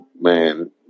man